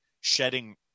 shedding